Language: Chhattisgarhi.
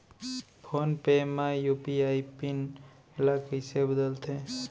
फोन पे म यू.पी.आई पिन ल कइसे बदलथे?